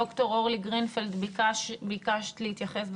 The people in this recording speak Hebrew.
ד"ר אורלי גרינפלד, ביקשת להתייחס.